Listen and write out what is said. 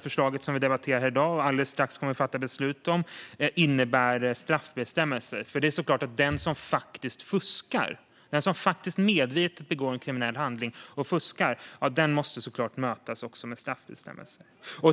förslag som vi debatterar i dag och som vi alldeles strax kommer att fatta beslut om innehåller straffbestämmelser. Den som medvetet begår en kriminell handling och fuskar måste såklart mötas med straffbestämmelser.